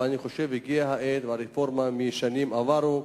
אבל אני חושב שהגיעה העת, הרפורמה משנים עברו,